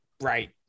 right